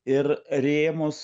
ir rėmus